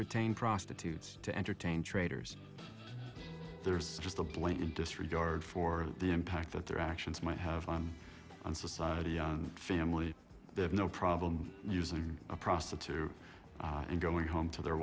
retain prostitutes to entertain traders there's just a blatant disregard for the impact that their actions might have on on society and family they have no problem using a prostitute and going home to their